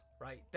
right